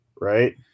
right